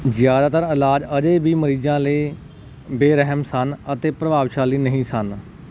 ਜ਼ਿਆਦਾਤਰ ਇਲਾਜ ਅਜੇ ਵੀ ਮਰੀਜ਼ਾਂ ਲਈ ਬੇਰਹਿਮ ਸਨ ਅਤੇ ਪ੍ਰਭਾਵਸ਼ਾਲੀ ਨਹੀਂ ਸਨ